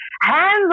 hands